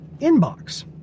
Inbox